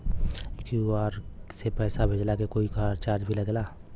QR से पैसा भेजला के कोई चार्ज भी लागेला?